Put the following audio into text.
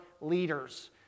leaders